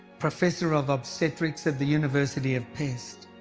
professor of obstetrics at the university of pest,